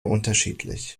unterschiedlich